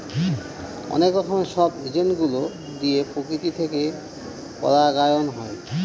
অনেক রকমের সব এজেন্ট গুলো দিয়ে প্রকৃতি থেকে পরাগায়ন হয়